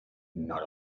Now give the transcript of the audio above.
not